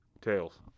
Tails